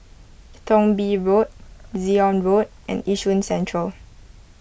Thong Bee Road Zion Road and Yishun Central